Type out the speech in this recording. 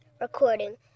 recording